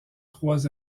trois